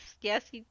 Yes